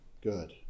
good